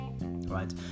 right